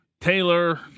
Taylor